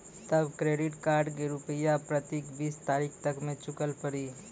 तब credit card के रूपिया प्रतीक बीस तारीख तक मे चुकल पड़ी?